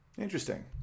Interesting